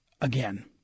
again